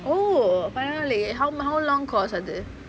oh பரவாலேயே:paravaalayae how how long course அது:athu